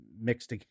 mixed